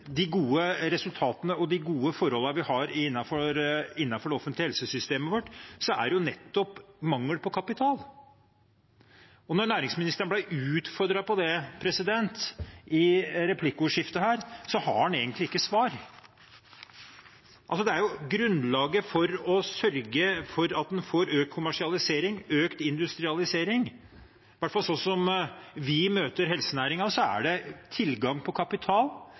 de gode resultatene og de gode forholdene vi har innenfor det offentlige helsesystemet vårt, og det er jo nettopp mangel på kapital. Da næringsministeren ble utfordret på det i replikkordskiftet her, hadde han egentlig ikke noe svar. Grunnlaget for å sørge for at en får økt kommersialisering, økt industrialisering, i hvert fall sånn som vi møter helsenæringen, er tilgang på kapital,